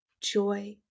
joy